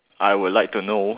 I would like to know